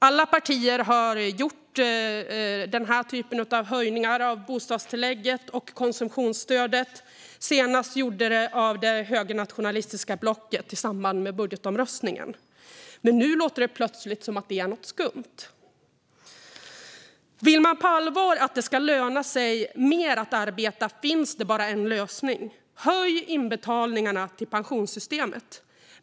Alla partier har gjort denna typ av höjningar av bostadstillägget och konsumtionsstödet. Senast gjordes det av det högernationalistiska blocket i samband med budgetomröstningen. Men nu låter det plötsligt som att det är något skumt. Vill man på allvar att det ska löna sig mer att arbeta finns det bara en lösning: Höj inbetalningarna till pensionssystemet!